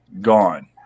gone